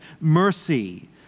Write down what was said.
mercy